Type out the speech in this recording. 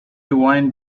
rewind